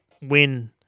win